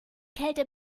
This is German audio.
kälte